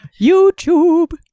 youtube